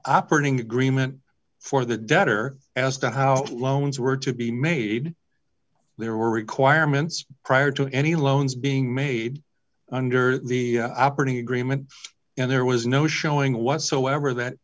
operating agreement for the debtor as to how it loans were to be made there were requirements prior to any loans being made under the operating agreement and there was no showing whatsoever that